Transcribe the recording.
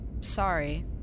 sorry